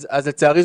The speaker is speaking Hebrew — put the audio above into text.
לצערי,